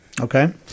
Okay